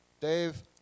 dave